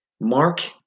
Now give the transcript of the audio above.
Mark